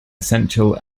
essential